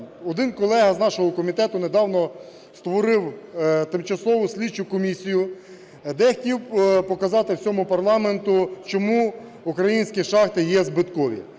Один колега з нашого комітету недавно створив тимчасову слідчу комісію, де хотів показати всьому парламенту, чому українські шахти є збиткові.